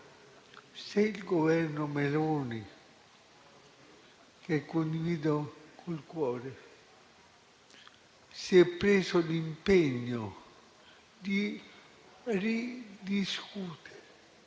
se il Governo Meloni, che condivido con il cuore, si è preso l'impegno di ridiscutere